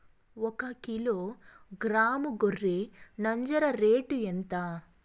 ఒకకిలో గ్రాము గొర్రె నంజర రేటు ఎంత?